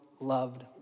loved